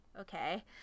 okay